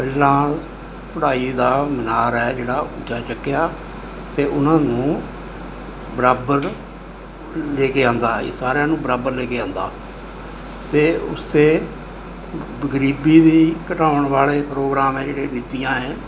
ਪਹਿਲਾਂ ਪੜ੍ਹਾਈ ਦਾ ਮੁਨਾਰ ਹੈ ਜਿਹੜਾ ਉੱਚਾ ਚੁੱਕਿਆ ਅਤੇ ਉਹਨਾਂ ਨੂੰ ਬਰਾਬਰ ਲੈ ਕੇ ਆਉਂਦਾ ਸਾਰਿਆਂ ਨੂੰ ਬਰਾਬਰ ਲੈ ਕੇ ਆਉਂਦਾ ਅਤੇ ਉਸ 'ਤੇ ਗਰੀਬੀ ਵੀ ਘਟਾਉਣ ਵਾਲੇ ਪ੍ਰੋਗਰਾਮ ਹੈ ਜਿਹੜੇ ਨੀਤੀਆਂ ਏ